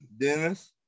Dennis